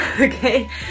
okay